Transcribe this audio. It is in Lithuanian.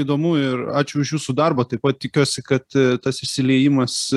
įdomu ir ačiū už jūsų darbą taip pat tikiuosi kad tas išsiliejimas